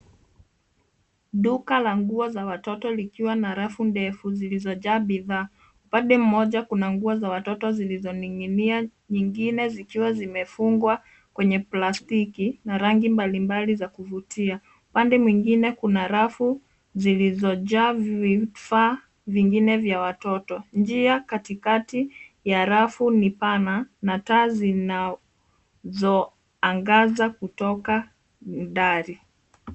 Duka la nguo za watoto likiwa na rafu ndefu zilizojaa bidhaa. Upande mmoja kuna nguo za watoto zilizoning'inia, nyingine zikiwa zimefungwa kwenye plastiki, na rangi mbalimbali za kuvutia. Pande mwingine kuna rafu, zilizojaa vifaa vingine vya watoto. Njia katikati ya rafu ni pana, na taa zinazoangaza kutoka dari.